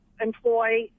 employ